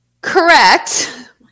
correct